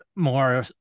more